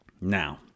Now